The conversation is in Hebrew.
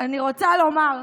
אני רוצה לומר,